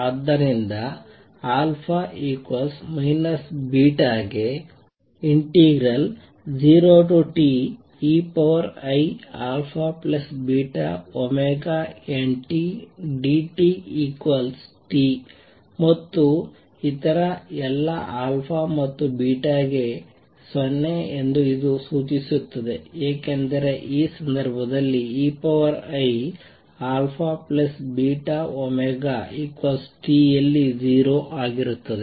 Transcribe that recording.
ಆದ್ದರಿಂದ α β ಗೆ 0TeiαβntdtT ಮತ್ತು ಇತರ ಎಲ್ಲ α ಮತ್ತು β ಗೆ 0 ಎಂದು ಇದು ಸೂಚಿಸುತ್ತದೆ ಏಕೆಂದರೆ ಆ ಸಂದರ್ಭದಲ್ಲಿ eiαβ T ಯಲ್ಲಿ 0 ಆಗಿರುತ್ತದೆ